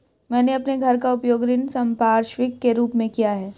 मैंने अपने घर का उपयोग ऋण संपार्श्विक के रूप में किया है